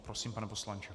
Prosím, pane poslanče.